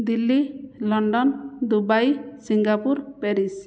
Delhi London Dubai Singapore Paris